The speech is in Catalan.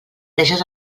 deixes